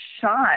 shot